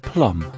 Plum